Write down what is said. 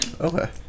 Okay